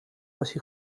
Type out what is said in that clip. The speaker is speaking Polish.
wasi